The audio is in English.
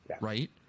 right